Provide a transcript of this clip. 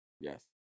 yes